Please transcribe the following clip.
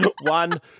One